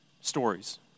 stories